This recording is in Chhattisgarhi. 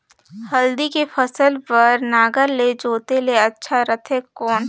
हल्दी के फसल बार नागर ले जोते ले अच्छा रथे कौन?